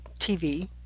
TV